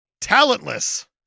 talentless